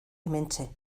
hementxe